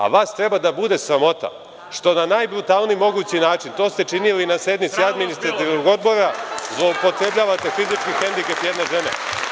A vas treba da bude sramota što na najbrutalniji mogući način, to ste činili i na sednici Administrativnog odbora, zloupotrebljavate fizički hendikep jedne žene.